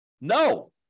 No